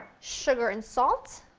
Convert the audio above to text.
sugar and salt.